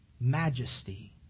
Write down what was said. majesty